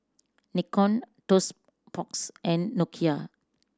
Nikon Toast Box and Nokia